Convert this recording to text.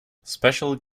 special